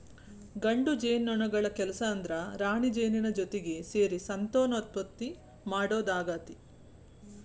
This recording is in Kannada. ಗಂಡು ಜೇನುನೊಣಗಳ ಕೆಲಸ ಅಂದ್ರ ರಾಣಿಜೇನಿನ ಜೊತಿಗೆ ಸೇರಿ ಸಂತಾನೋತ್ಪತ್ತಿ ಮಾಡೋದಾಗೇತಿ